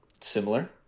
similar